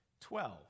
Twelve